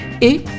et